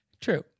true